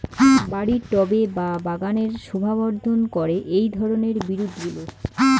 বাড়ির টবে বা বাগানের শোভাবর্ধন করে এই ধরণের বিরুৎগুলো